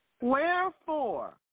Wherefore